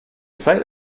site